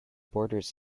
borders